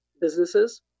businesses